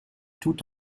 tout